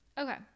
Okay